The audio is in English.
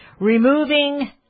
Removing